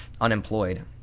Unemployed